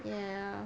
ya